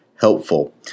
helpful